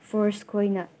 force ꯈꯣꯏꯅ